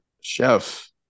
Chef